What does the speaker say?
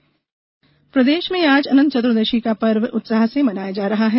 अनंत चतुर्दशी प्रदेश में आज अनंत चतुर्दशी का पर्व उत्साह से मनाया जा रहा है